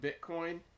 Bitcoin